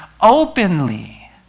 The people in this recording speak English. openly